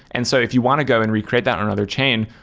and so if you want to go and re create that on another chain,